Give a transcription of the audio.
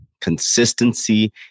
consistency